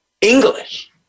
English